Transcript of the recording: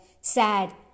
sad